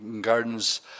Gardens